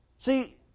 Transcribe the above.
See